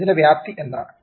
ഇതിന്റെ വ്യാപ്തി എന്താണ്